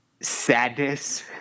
sadness